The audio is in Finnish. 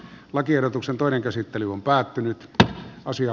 lakiehdotuksen toinen käsittely on päättynyt ja asia